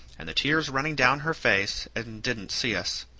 and the tears running down her face, and didn't see us.